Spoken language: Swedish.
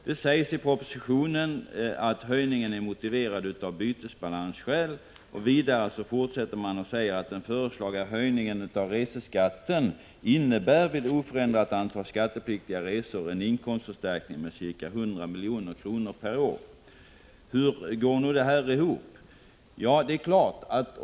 Det sägs i propositionen: ”Höjningen är motiverad av bytesbalansskäl.” Vidare sägs det: ”Den föreslagna höjningen av reseskatten innebär vid oförändrat antal skattepliktiga resor en inkomstförstärkning med ca 100 milj. 93 kr. per år. Hur går nu detta ihop?